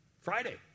Friday